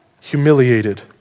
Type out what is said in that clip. humiliated